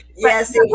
Yes